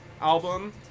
album